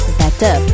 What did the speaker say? better